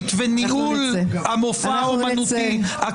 אם נקבל את ההצעה הזאת